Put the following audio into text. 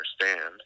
understand